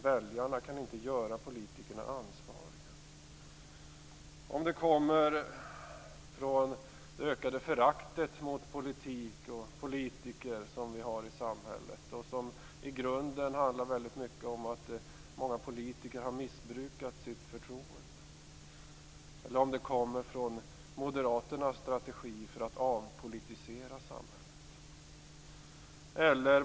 Väljarna kan inte göra politikerna ansvariga. Kommer det från det ökade förakt för politik och politiker som vi har i samhället? Det handlar i grunden mycket om att många politiker har missbrukat sitt förtroende. Kommer det från moderaternas strategi för att avpolitisera samhället?